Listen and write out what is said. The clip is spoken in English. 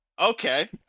Okay